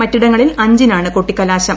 മറ്റിടങ്ങളിൽഅഞ്ചിനാണ്കൊട്ടിക്കലാശം